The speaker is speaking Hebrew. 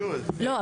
לא,